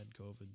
COVID